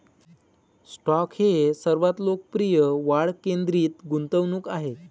stock हे सर्वात लोकप्रिय वाढ केंद्रित गुंतवणूक आहेत